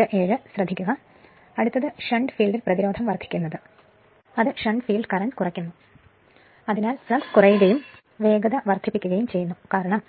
അടുത്തത് അങ്ങനെ ഷണ്ട് ഫീൽഡിൽ പ്രതിരോധം വർദ്ധിക്കുന്നത് ഷണ്ട് ഫീൽഡ് കറന്റ് കുറയ്ക്കുന്നു അതിനാൽ ഫ്ലക്സ് കുറയുകയും വേഗത വർദ്ധിപ്പിക്കുകയും ചെയ്യുന്നു കാരണം